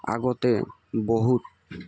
আগতে বহুত